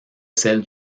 celle